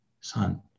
son